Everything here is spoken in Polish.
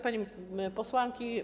Panie Posłanki!